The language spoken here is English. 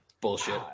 Bullshit